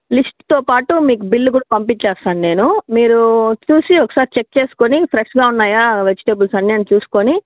లిస్ట్తోపాటు మీకు బిల్ కూడా పంపించేస్తాను నేను మీరు చూసి ఒకసారి చెక్ చేసుకుని ఫ్రెష్గా ఉన్నాయా వెజిటబుల్స్ అన్ని అని చూసుకుని